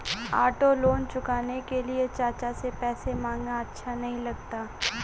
auto loan चुकाने के लिए चाचा से पैसे मांगना अच्छा नही लगता